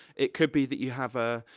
it could be that you have a,